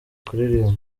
kuririmba